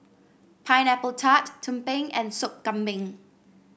Pineapple Tart tumpeng and Sop Kambing